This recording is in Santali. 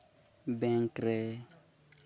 ᱵᱮᱝᱠ ᱨᱮ